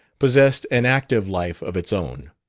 possessed an active life of its own.